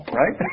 right